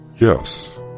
Yes